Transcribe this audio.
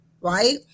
right